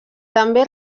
també